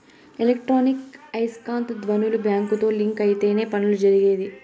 electronic ఐస్కాంత ధ్వనులు బ్యాంకుతో లింక్ అయితేనే పనులు జరిగేది